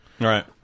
right